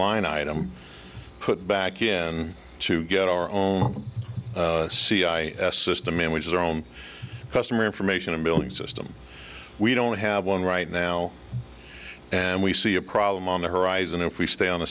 line item put back in to get our own c i s system in which is our own customer information and building system we don't have one right now and we see a problem on the horizon if we stay on the